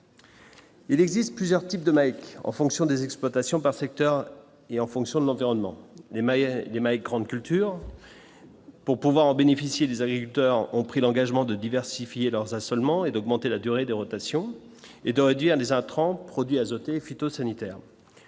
Il existe plusieurs types de mec, en fonction des exploitations par secteur et en fonction de l'environnement, les mayas les EMA et grande culture pour pouvoir en bénéficier, les agriculteurs ont pris l'engagement de diversifier leurs à seulement et d'augmenter la durée des rotations et de réduire les intrants produits azotés phytosanitaires,